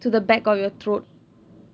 to the back of your throat